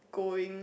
going